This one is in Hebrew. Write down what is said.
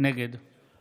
נגד